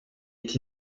est